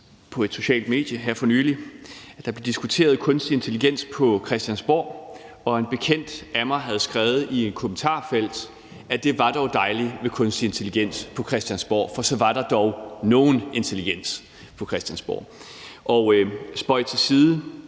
på et socialt medie her for nylig, hvor der blev diskuteret kunstig intelligens på Christiansborg, og en bekendt af mig havde skrevet i et kommentarfelt, at det dog var dejligt med kunstig intelligens på Christiansborg, for så var der dog nogen intelligens på Christiansborg. Spøg til side.